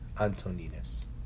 Antoninus